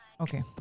okay